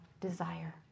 desire